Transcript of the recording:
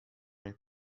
nel